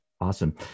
Awesome